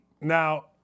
Now